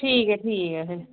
ठीक ऐ ठीक ऐ फिर